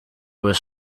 was